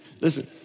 Listen